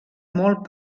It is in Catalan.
molt